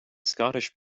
scottish